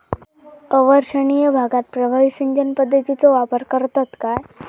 अवर्षणिय भागात प्रभावी सिंचन पद्धतीचो वापर करतत काय?